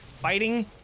Fighting